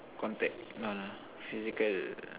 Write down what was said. contact no lah physical